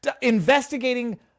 investigating